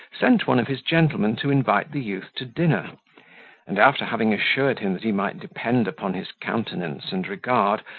sent one of his gentlemen to invite the youth to dinner and after having assured him that he might depend upon his countenance and regard,